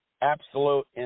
absolute